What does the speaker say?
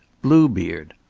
bluebeard,